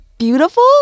beautiful